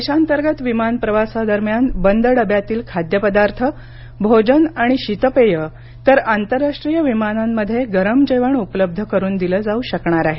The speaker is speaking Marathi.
देशांतर्गत विमान प्रवासादरम्यान बंद डब्यातील खाद्यपदार्थ भोजन आणि शीतपेये तर आंतरराष्ट्रीय विमानांमध्ये गरम जेवण उपलब्ध करून दिलं जाऊ शकणार आहे